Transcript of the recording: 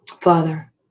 Father